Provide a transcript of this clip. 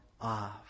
off